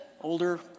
Older